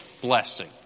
blessing